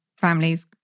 families